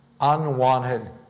unwanted